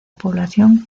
población